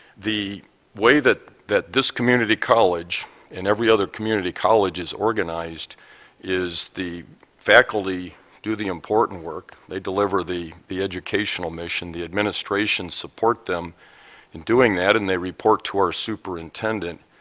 the way that that this community college and every other community college is organized is the faculty do the important work, they deliver the the educational mission, the administration support them in doing that, and they report to our superintendent.